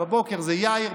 בבוקר זה יאיר,